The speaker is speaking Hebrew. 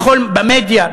במדיה,